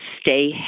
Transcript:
stay